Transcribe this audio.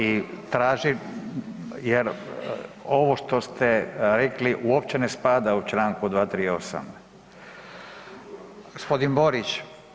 I tražim jer ovo što ste rekli uopće ne spada u čl. 238. g. Borić.